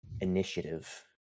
initiative